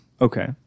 Okay